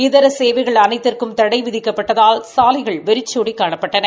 இதர சேவைகள் அனைத்திற்கும் தடை விதிக்கப்பட்டதால் சாலைகள் வெறிச்சோடி காணப்பட்டன